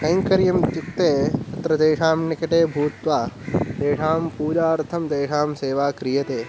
कैङ्कर्यम् इत्युक्ते तत्र तेषां निकटे भूत्वा तेषां पूजार्थं तेषां सेवा क्रियते